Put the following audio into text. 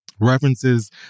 references